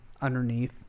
underneath